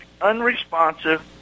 unresponsive